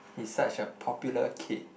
he's such a popular kid